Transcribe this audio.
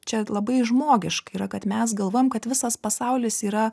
čia labai žmogiška yra kad mes galvojam kad visas pasaulis yra